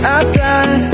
Outside